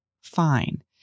fine